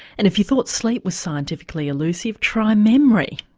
and if you thought sleep was scientifically elusive, try memory.